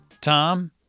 Tom